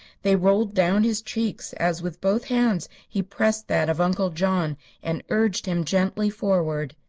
they rolled down his cheeks, as with both hands he pressed that of uncle john and urged him gently forward.